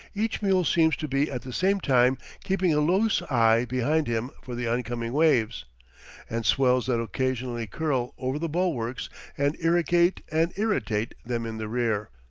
each mule seems to be at the same time keeping a loose eye behind him for the oncoming waves and swells that occasionally curl over the bulwarks and irrigate and irritate them in the rear.